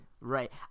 Right